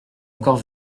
encore